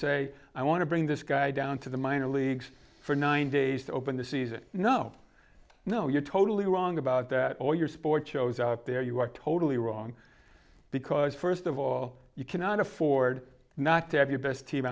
say i want to bring this guy down to the minor leagues for nine days to open the season no no you're totally wrong about that all your sports shows out there you are totally wrong because first of all you cannot afford not to have your best team